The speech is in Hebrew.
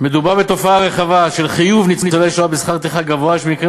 "מדובר בתופעה רחבה של חיוב ניצולי שואה בשכר טרחה גבוה שבמקרים